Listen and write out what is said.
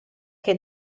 che